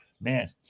man